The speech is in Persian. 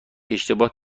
اشتباه